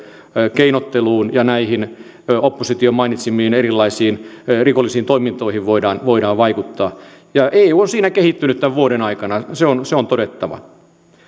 keinotteluun ja näihin opposition mainitsemiin erilaisiin rikollisiin toimintoihin voidaan voidaan vaikuttaa eu on siinä kehittynyt tämän vuoden aikana se on se on todettava